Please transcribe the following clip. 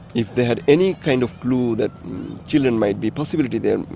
if they had any kind of clue that children might be possibly be there,